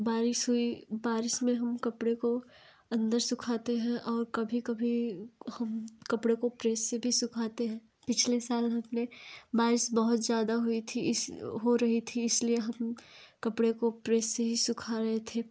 बारिश हुई बारिश में हम कपड़े को अंदर सुखाते हैं और कभी कभी कपड़े को प्रेस से भी सुखाते हैं पिछले साल में बारिश बहुत ज़्यादा हुई थी इस हो रही थी इसलिए हम कपड़े को प्रेस से ही सुखा रहे थे